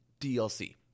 DLC